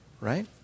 right